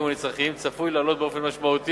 או כנצרכים צפוי לעלות באופן משמעותי,